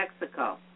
Mexico